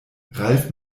ralf